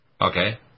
Okay